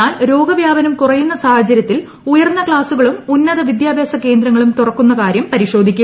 എന്നാൽ രോഗവ്യാപനം കുറയുന്ന സാഹചര്യത്തിൽ ഉയർന്ന ക്ലാസുകളും ഉന്നത വിദ്യാഭ്യാസ കേന്ദ്രങ്ങളും തുറക്കുന്ന കാര്യം പരിശോധിക്കും